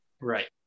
Right